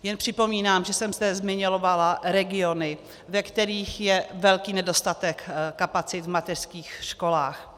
Jen připomínám, že jsem zde zmiňovala regiony, ve kterých je velký nedostatek kapacit v mateřských školách.